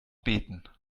beten